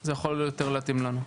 שזה יכול יותר להתאים לנו.